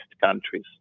countries